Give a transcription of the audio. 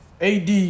AD